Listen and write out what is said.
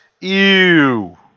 Ew